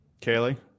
Kaylee